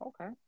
Okay